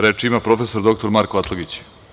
Reč ima prof. dr Marko Atlagić.